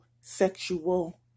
sexual